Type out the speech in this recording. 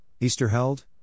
Easterheld